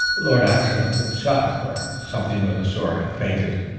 lord ashiel has been shot or something of the sort, and fainted.